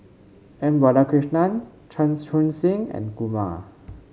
M Balakrishnan Chan Chun Sing and Kumar